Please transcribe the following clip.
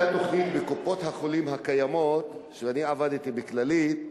בקופות-החולים הקיימות, ואני עבדתי ב"כללית"